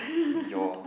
your